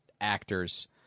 actors